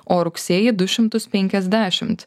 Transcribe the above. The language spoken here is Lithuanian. o rugsėjį du šimtus penkiasdešimt